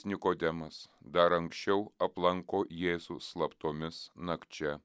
nikodemas dar anksčiau aplanko jėzų slaptomis nakčia